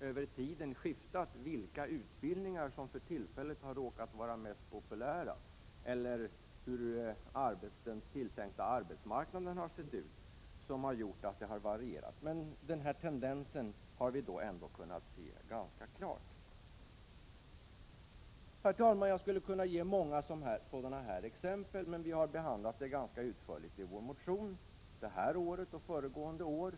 över tiden skiftat vilka utbildningar som för tillfället har råkat vara mest populära, och hur den tilltänkta arbetsmarknaden har sett ut har också gjort att det har varierat, men tendensen har vi ändå kunnat se ganska klart. Herr talman! Jag skulle kunna ge många sådana här exempel, men vi har behandlat detta ganska utförligt i våra motioner i år och föregående år.